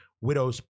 Widow's